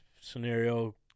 scenario